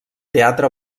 teatre